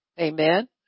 Amen